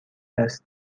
است